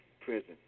prison